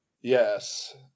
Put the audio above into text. yes